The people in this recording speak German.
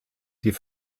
die